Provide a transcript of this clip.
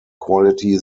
quality